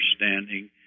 understanding